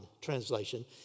translation